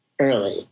early